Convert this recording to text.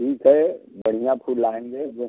ठीक है बढ़िया फूल लाएंगे जो